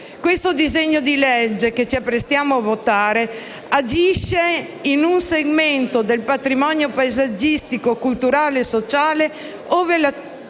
Il disegno di legge che ci apprestiamo a votare agisce in un segmento del patrimonio paesaggistico, culturale e sociale